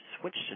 switched